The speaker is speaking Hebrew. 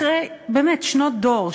אחרי שנות דור,